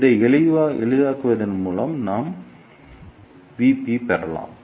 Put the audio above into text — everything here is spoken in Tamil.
இதை எளிதாக்குவதன் மூலம் நாம் பெறலாம்